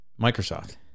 Microsoft